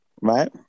right